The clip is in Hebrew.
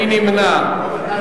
מי נמנע?